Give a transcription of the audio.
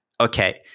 okay